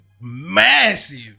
massive